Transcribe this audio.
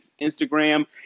Instagram